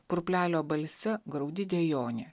purplelio balse graudi dejonė